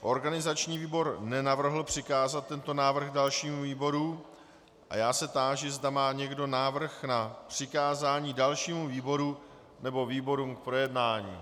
Organizační výbor nenavrhl přikázat tento návrh dalšímu výboru a já se táži, zda má někdo návrh na přikázání dalšímu výboru nebo výborům k projednání.